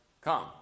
come